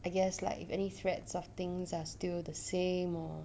I guess like if any threads of things are still the same or